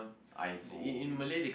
iPhone